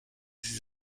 sie